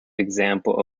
example